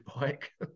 bike